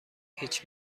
هیچ